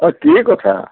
অঁ কি কথা